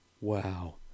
Wow